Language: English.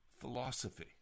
philosophy